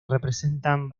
representan